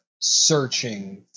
searching